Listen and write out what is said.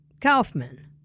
Kaufman